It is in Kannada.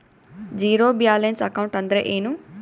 ಝೀರೋ ಬ್ಯಾಲೆನ್ಸ್ ಅಕೌಂಟ್ ಅಂದ್ರ ಏನು?